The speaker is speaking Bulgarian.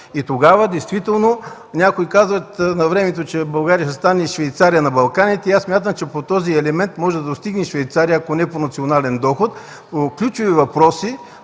по този начин. Някои казваха навремето: „България да стане Швейцария на Балканите”. Смятам, че по този елемент може да достигне Швейцария, ако не по национален доход. По ключови въпроси